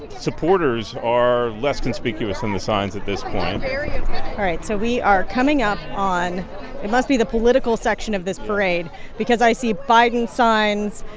supporters are less conspicuous than the signs at this point all right. so we are coming up on it must be the political section of this parade because i see biden signs,